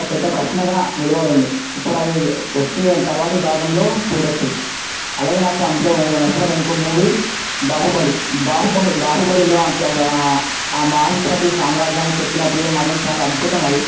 ఒక పెద్ద ప్రశ్నగా వెలువడింది ఇప్పుడు అది వచ్చే తర్వాతి భాగంలో చూడవచ్చు అలాగే నాకు అందులో నచ్చిన ఇంకో మూవీ బాహుబలి బాహుబలి బాహుబలిలో ఆ మాహిష్మతి సామ్రాజ్యాన్ని చెక్కిన తీరు మాత్రం చాలా అద్భుతం అది